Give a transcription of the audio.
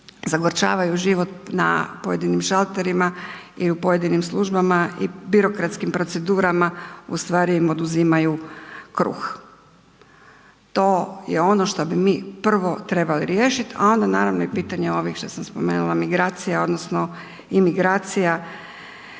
zagorčavaju život na pojedinim šalterima i u pojedinim službama i birokratskim procedurama ustvari im oduzimaju kruh. To je ono što bi mi prvo trebali riješiti, a onda naravno i pitanje ovih što sam spomenula migracija odnosno imigracija